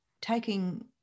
taking